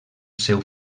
seu